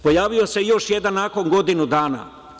Pojavio se još jedan nakon godinu dana.